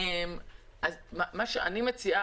אני מציעה,